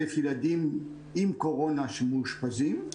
ראשית, ילדים עם קורונה שמאושפזים.